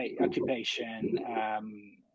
occupation